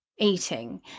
eating